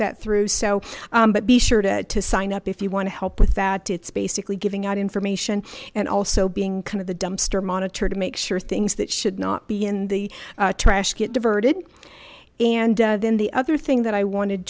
that through so but be sure to sign up if you want to help with that it's basically giving out information and also being kind of the dumpster monitor to make sure things that should not be in the trash get diverted and then the other thing that i wanted